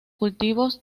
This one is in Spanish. cultivos